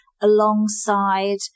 alongside